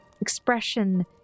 expression